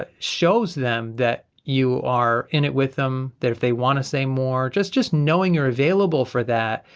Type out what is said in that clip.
ah shows them that you are in it with them that if they wanna say more, just just knowing you're available for that,